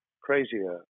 crazier